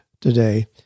today